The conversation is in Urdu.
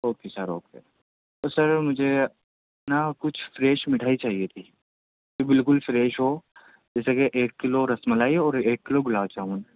اوکے سر اوکے تو سر مجھے نا کچھ فریش مٹھائی چاہیے تھی بالکل فریش ہو جیسے کہ ایک کلو رس ملائی اور ایک کلو گلاب جامن